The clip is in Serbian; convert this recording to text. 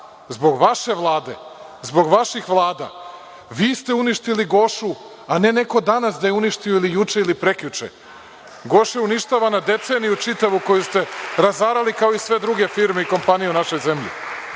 zbog vaše Vlade, zbog vaših Vlada. Vi ste uništili „Gošu“, a ne neko danas da je uništio ili juče ili prekjuče. „Goša“ je uništavana deceniju čitavu koju ste razarali kao i sve druge firme i kompanije u našoj zemlji.